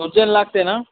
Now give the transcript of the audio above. उज्जैन लागते ना